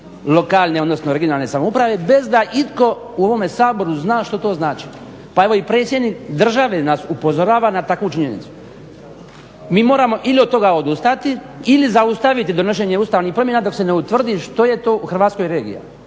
lokalne odnosno regionalne samouprave bez da itko u ovome Saboru zna što to znači. Evo i predsjednik države nas upozorava na takvu činjenicu. Mi moramo ili od toga odustati ili zaustaviti donošenje Ustavnih promjena dok se ne utvrdi što je to u Hrvatskoj regija